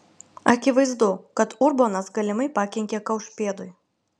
akivaizdu kad urbonas galimai pakenkė kaušpėdui